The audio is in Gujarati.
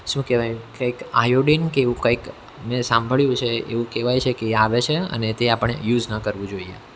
શું કહેવાય કાંઈક આયોડિન કે એવું કાંઈક મેં સાંભળ્યું છે એવું કહેવાય છે કે એ આવે છે તે આપણે યુસ ન કરવું જોઈએ